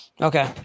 Okay